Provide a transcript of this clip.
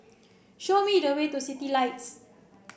show me the way to Citylights